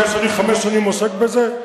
אחרי שאני חמש שנים עוסק בזה?